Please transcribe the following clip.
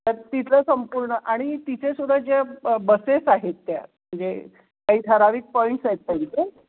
तर तिथलं संपूर्ण आणि तिथेसुद्धा ज्या बसेस आहेत त्या म्हणजे काही ठराविक पॉईंट्स आहेत त्यांचे